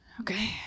okay